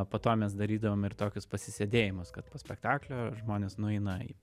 o po to mes darydavom ir tokius pasisėdėjimus kad po spektaklio žmonės nueina